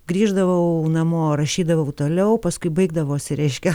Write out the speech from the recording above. grįždavau namo rašydavau toliau paskui baigdavosi reiškia